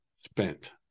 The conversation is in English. spent